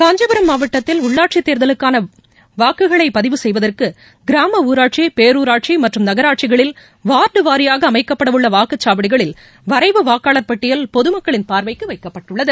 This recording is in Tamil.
காஞ்சிபுரம் மாவட்டத்தில் உள்ளாட்சித் தேர்தலுக்கான வாக்குகளை பதிவு செய்வதற்கு கிராம ஊராட்சி பேரூராட்சி மற்றும் நகராட்சிகளில் வார்டு வாரியாக அமைக்கப்படவுள்ள வாக்குச்சாவடிகளில் வரைவு வாக்காளர் பட்டியல் பொதுமக்களின் பார்வைக்கு வைக்கப்பட்டுள்ளது